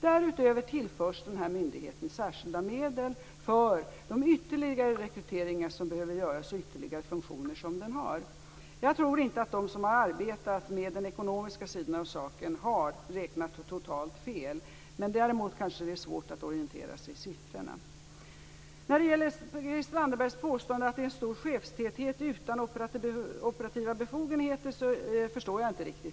Därutöver tillförs den nya myndigheten särskilda medel för de ytterligare rekryteringar som behöver göras och de ytterligare funktioner som den har. Jag tror inte att de som har arbetat med den ekonomiska sidan har räknat så totalt fel. Däremot är det kanske svårt att orientera sig i siffrorna. Jag förstår inte riktigt Christel Anderbergs påstående om att det blir en stor chefstäthet utan operativa befogenheter.